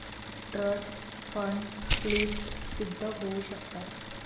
trust fund क्लिष्ट सिद्ध होऊ शकतात